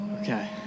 Okay